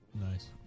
Nice